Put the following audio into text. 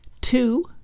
Two